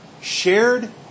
Shared